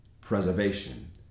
preservation